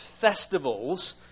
festivals